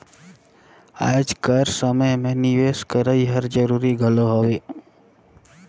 आएज कर समे में निवेस करई हर जरूरी घलो हवे